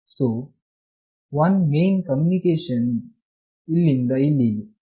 so one way communication ವು ಇಲ್ಲಿಂದ ಇಲ್ಲಿಗೆ